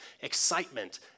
excitement